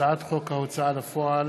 הצעת חוק ההוצאה לפועל